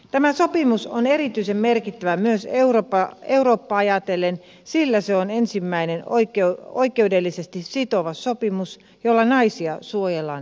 tämä sopimus on erityisen merkittävä myös eurooppaa ajatellen sillä se on ensimmäinen oikeudellisesti sitova sopimus jolla naisia suojellaan väkivallalta